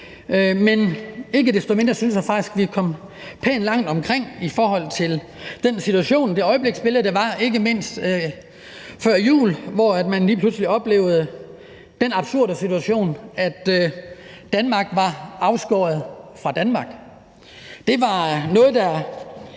Men ikke desto mindre synes jeg faktisk, vi kom pænt langt omkring i forhold til den situation, det øjebliksbillede, der var, ikke mindst før jul, hvor man lige pludselig oplevede den absurde situation, at Danmark var afskåret fra Danmark. Det var noget, der